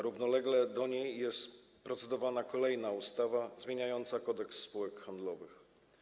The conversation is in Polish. Równolegle do niej jest procedowana kolejna ustawa zmieniająca Kodeks spółek handlowych.